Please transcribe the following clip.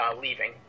leaving